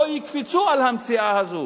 לא יקפצו על המציאה הזאת,